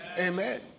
Amen